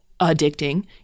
addicting